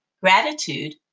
Gratitude